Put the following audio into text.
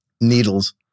Needles